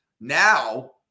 Now